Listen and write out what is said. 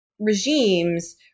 Regimes